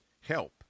help